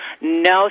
no